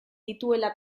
dituela